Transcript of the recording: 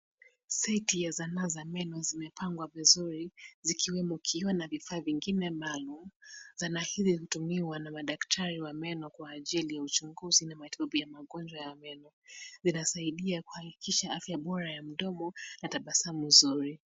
Seti ya zana za meno zimepangwa vizuri, zikiwemo kioo na vifaa vingine maalum. Zana hizi hutumiwa na madaktari wa meno kwa ajili ya uchunguzi na matibabu ya magonjwa ya meno. Vinasaidia kuhakikisha afya bora ya mdomo na tabasamu nzuri.